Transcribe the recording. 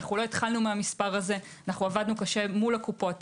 לא התחלנו מהמספר הזה - עבדנו קשה מול הקופות